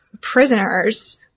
prisoners